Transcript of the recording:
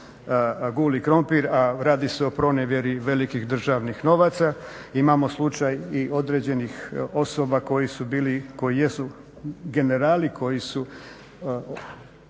guli krumpir, a radi se o pronevjeri velikih državnih novaca. Imamo slučaj i određenih osoba koji jesu generali koji su